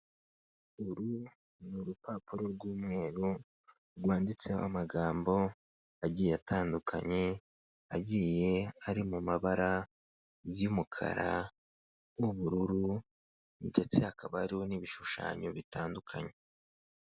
Uru ni urupapuro rw'umweru, rwanditseho amagambo agiye atandukanye agiye ari mu mabara y'umukara, ubururu ndetse hakaba hariho n'ibishushanyo bitandukanye.